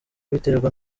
biterwa